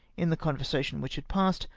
in the conversation which had passed,